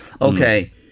Okay